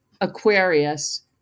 Aquarius